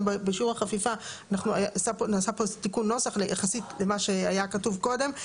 בשיעור החפיפה נעשה פה תיקון נוסח יחסית למה שהיה כתוב קודם,